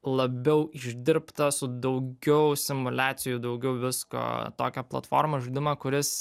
labiau išdirbtos su daugiau simuliacijų daugiau visko tokią platformą žaidimą kuris